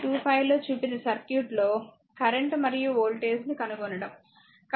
25 లో చూపిన సర్క్యూట్లో కరెంట్ మరియు వోల్టేజ్ ని కనుగొనండి